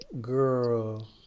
girl